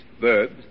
verbs